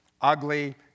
ugly